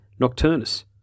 Nocturnus